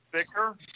thicker